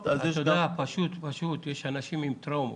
--- פשוט יש אנשים עם טראומות,